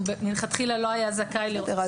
והוא מלכתחילה לא היה זכאי --- בסדר,